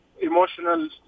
emotional